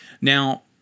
Now